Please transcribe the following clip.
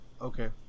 Okay